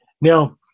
Now